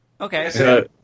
Okay